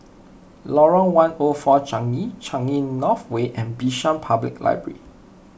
Lorong one O four Changi Changi North Way and Bishan Public Library